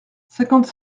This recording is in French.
cinquante